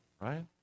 right